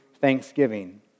thanksgiving